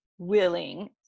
willing